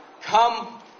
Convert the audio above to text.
come